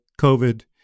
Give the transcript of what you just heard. COVID